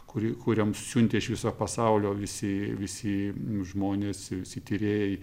kurį kuriam siuntė iš viso pasaulio visi visi žmonės ir visi tyrėjai